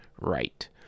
right